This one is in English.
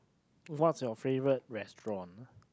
what's your favorite restaurant